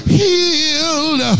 healed